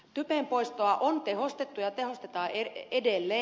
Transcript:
typenpoistoa on tehostettu ja tehostetaan edelleen